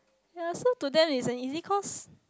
ye so today is the easy course